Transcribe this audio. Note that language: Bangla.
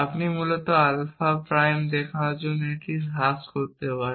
আপনি মূলত আলফা প্রাইম দেখানোর জন্য এটি হ্রাস করতে পারেন